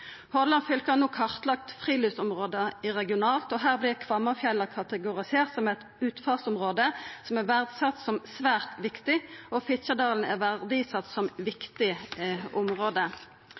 har no kartlagt friluftsområda regionalt. Her vert Kvammafjella kategoriserte som eit utfartsområde som er verdsett som svært viktig. Fitjadalen er verdsett som eit viktig område.